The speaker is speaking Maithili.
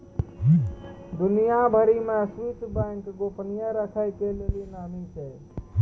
दुनिया भरि मे स्वीश बैंक गोपनीयता राखै के लेली नामी छै